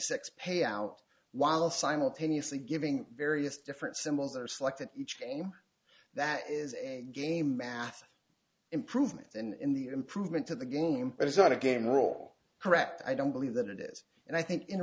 six payout while simultaneously giving various different symbols that are selected each game that is a game math improvement and in the improvement to the game but it's not a game role correct i don't believe that it is and i think in